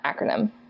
acronym